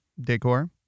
decor